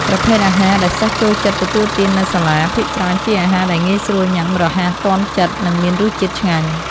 ប្រភេទអាហារដែលសិស្សចូលចិត្តទទួលទាននៅសាលា ភាគច្រើនជាអាហារដែលងាយស្រួលញ៉ាំ រហ័ស ទាន់ចិត្ត និងមានរសជាតិឆ្ងាញ់។